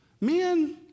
Men